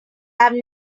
have